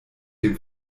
dem